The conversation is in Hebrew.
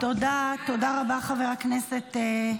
תודה רבה, חבר הכנסת.